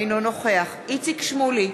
אינו נוכח איציק שמולי,